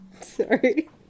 Sorry